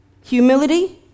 Humility